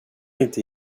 inte